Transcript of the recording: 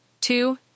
Two